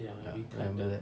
oh ya I remember that